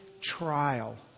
trial